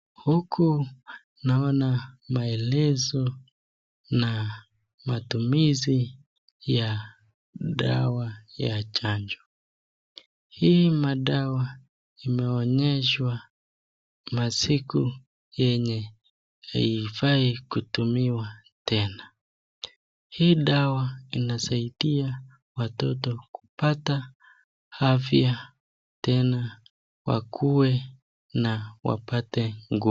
Huku naona maelezo na matumizi ya dawa ya chanjo, hii madawa imeonyesha masiku yenye haifai kutumikwa tena. Hii dawa inasaidia watoto kupata afya tena wakua na wapate nguvu.